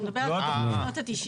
הוא מדבר על שנות ה-90.